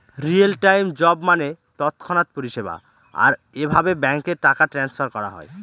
real time job মানে তৎক্ষণাৎ পরিষেবা, আর এভাবে ব্যাঙ্কে টাকা ট্রান্সফার করা হয়